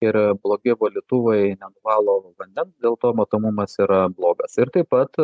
ir blogi valytuvai nenuvalo vandens dėl to matomumas yra blogas ir taip pat